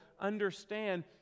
understand